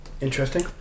Interesting